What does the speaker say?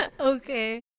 Okay